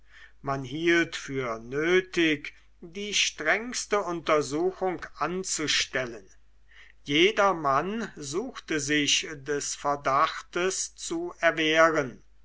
man hielt für nötig die strengste untersuchung anzustellen jedermann suchte sich des verdachtes zu erwehren